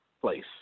place